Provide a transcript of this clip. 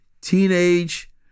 teenage